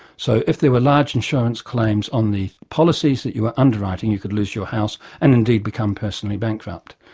so if there were large insurance claims on the policies that you were underwriting, you could lose your house and indeed become personally bankrupt.